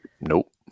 Nope